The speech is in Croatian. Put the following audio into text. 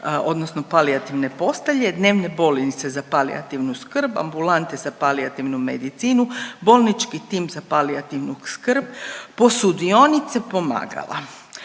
odnosno palijativne postelje, dnevne bolnice za palijativnu skrb, ambulante za palijativnu medicinu, bolnički tim za palijativnu skrb, posudionice, pomagala.